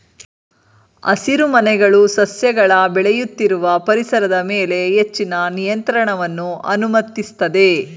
ಹಸಿರುಮನೆಗಳು ಸಸ್ಯಗಳ ಬೆಳೆಯುತ್ತಿರುವ ಪರಿಸರದ ಮೇಲೆ ಹೆಚ್ಚಿನ ನಿಯಂತ್ರಣವನ್ನು ಅನುಮತಿಸ್ತದೆ